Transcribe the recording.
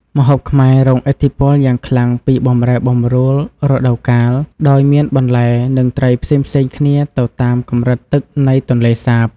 ម្ហូបខ្មែររងឥទ្ធិពលយ៉ាងខ្លាំងពីបម្រែបម្រួលរដូវកាល ដោយមានបន្លែ និងត្រីផ្សេងៗគ្នាទៅតាមកម្រិតទឹកនៃទន្លេសាប។